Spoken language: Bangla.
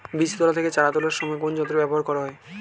বীজ তোলা থেকে চারা তোলার সময় কোন যন্ত্র ব্যবহার করা হয়?